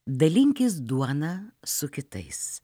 dalinkis duona su kitais